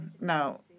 Now